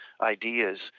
ideas